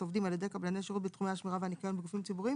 עובדים על ידי קבלני שירות בתחומי השמירה והניקיון בגופים ציבוריים